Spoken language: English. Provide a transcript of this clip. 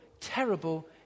terrible